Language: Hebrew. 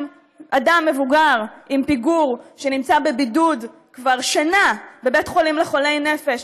אדם מבוגר עם פיגור שנמצא בבידוד כבר שנה בבית חולים לחולי נפש,